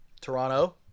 Toronto